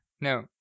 No